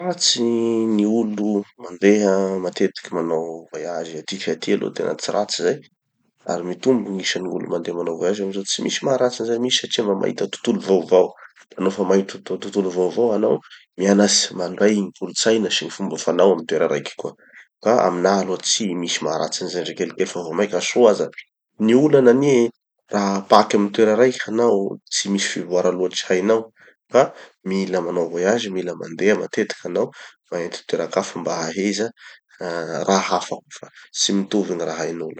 [tsy ra]-tsy ny olo mandeha matetiky manao voyage atiky aty aloha tena tsy ratsy zay. Ary mitombo gn'isan'ny gn'olo mandeha manao voyage amizao. Tsy misy maharatsy anizay mihitsy satria mba mahita tontolo vaovao. Nofa mahita tonto- tontolo vaovao hanao, mianatsy mandray gny kolontsaina sy gny fomba fanao amy toera raiky koa. Ka aminaha aloha tsy misy maha ratsy anizay ndre kelikely fa vomaika soa aza. Gny olana anie, raha paky amy toera raiky hanao, tsy misy fivoara loatry hainao. Ka mila manao voyage, mila mandeha matetiky hanao, magnenty toeran-kafa mba haheza raha hafa koa fa tsy mitovy gny raha hain'olo.